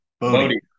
Bodhi